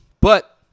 But-